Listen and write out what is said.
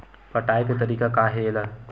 पटाय के तरीका का हे एला?